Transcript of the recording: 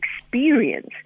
experience